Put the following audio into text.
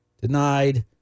denied